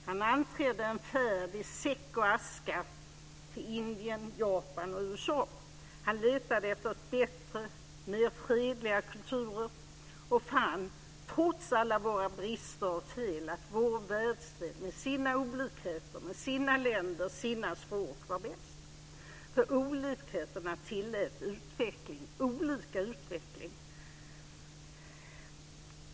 Han anträdde en färd klädd i säck och aska till Indien, Japan och USA. Han letade efter bättre och mer fredliga kulturer och fann att trots alla våra fel och brister var vår världsdel med sina olikheter, med sina länder, sina språk bäst, för olikheterna tillät utveckling, olika utveckling.